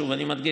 שוב אני מדגיש,